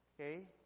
Okay